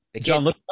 John